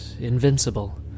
invincible